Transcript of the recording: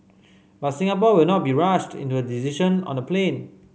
but Singapore will not be rushed into decision on the plane